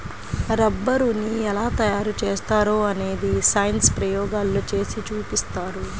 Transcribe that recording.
రబ్బరుని ఎలా తయారు చేస్తారో అనేది సైన్స్ ప్రయోగాల్లో చేసి చూపిస్తారు